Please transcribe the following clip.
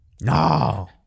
No